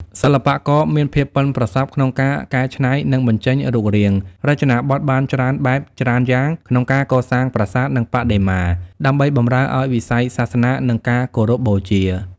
សិល្បករមានភាពប៉ិនប្រសប់ក្នុងការ កែច្នៃ និងបញ្ចេញរូបរាង រចនាបថបានច្រើនបែបច្រើនយ៉ាង ក្នុងការកសាងប្រាសាទ និងបដិមា ដើម្បីបម្រើឱ្យវិស័យសាសនា និងការគោរពបូជា។